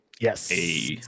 Yes